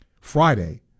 Friday